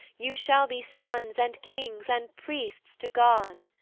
you shall be sons, and kings, and priests to god.